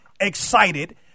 excited